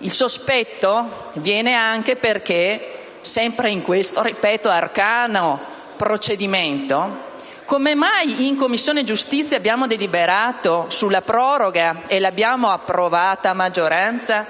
Il sospetto viene anche perché, sempre nell'ambito di questo arcano procedimento, in Commissione giustizia abbiamo deliberato sulla proroga e l'abbiamo approvata a maggioranza,